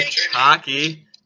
hockey